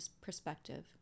perspective